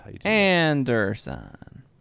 Anderson